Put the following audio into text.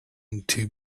into